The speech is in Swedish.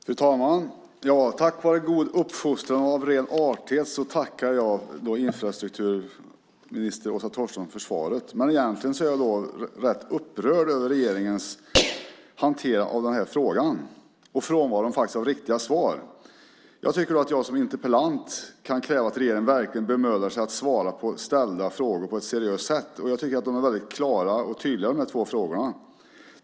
Fru talman! Tack vare god uppfostran och av ren artighet tackar jag infrastrukturminister Åsa Torstensson för svaret. Egentligen är jag rätt upprörd över regeringens hantering av den här frågan och frånvaron av riktiga svar. Jag tycker att jag som interpellant kan kräva att regeringen verkligen bemödar sig att svara på ställda frågor på ett seriöst sätt. Jag tycker att de två frågorna är väldigt klara och tydliga.